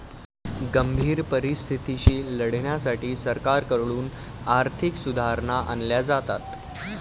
गंभीर परिस्थितीशी लढण्यासाठी सरकारकडून आर्थिक सुधारणा आणल्या जातात